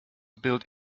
built